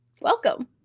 Welcome